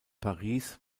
paris